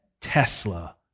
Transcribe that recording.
Tesla